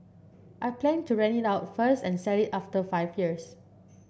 I plan to rent it out first and sell it after five years